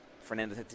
fernando